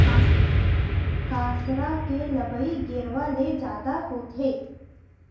कांसरा के लंबई गेरवा ले जादा होथे